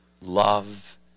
love